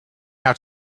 have